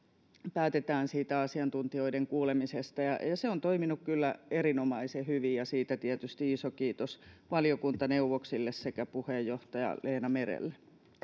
päätetään siitä asiantuntijoiden kuulemisesta se on toiminut kyllä erinomaisen hyvin ja siitä tietysti iso kiitos valiokuntaneuvoksille sekä puheenjohtaja leena merelle